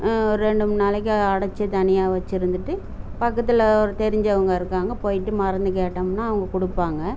ஒரு ரெண்டு மூணு நாளைக்கு அதை அடைச்சி தனியாக வச்சிருந்துட்டு பக்கத்தில் ஒரு தெரிஞ்சவங்க இருக்காங்க போயிட்டு மருந்து கேட்டோம்னா அவங்க கொடுப்பாங்க